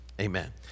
Amen